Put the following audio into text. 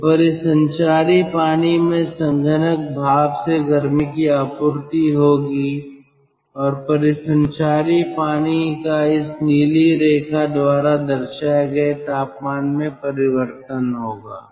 तो परिसंचारी पानी में संघनक भाप से गर्मी की आपूर्ति होगी और परिसंचारी पानी का इस नीली रेखा द्वारा दर्शाए गए तापमान में परिवर्तन होगा